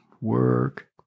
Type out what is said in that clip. Work